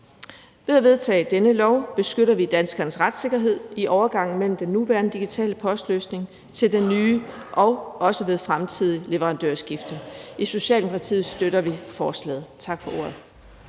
Ved at vedtage denne lov beskytter vi danskernes retssikkerhed i overgangen mellem den nuværende digitale postløsning til den nye og også ved fremtidige leverandørskifte. I Socialdemokratiet støtter vi forslaget. Tak for ordet.